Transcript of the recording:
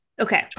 Okay